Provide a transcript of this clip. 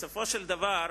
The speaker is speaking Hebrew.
בסופו של דבר,